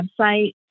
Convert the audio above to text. website